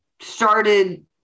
started